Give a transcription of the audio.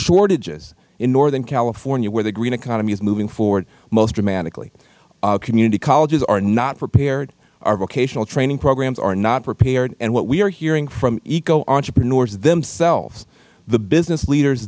shortages in northern california where the green economy is moving forward most dramatically community colleges are not prepared our vocational training programs are not prepared and what we are hearing from eco entrepreneurs themselves the business leaders